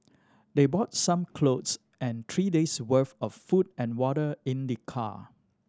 they brought some clothes and three days' worth of food and water in the car